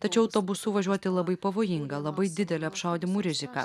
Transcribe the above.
tačiau autobusu važiuoti labai pavojinga labai didelė apšaudymų rizika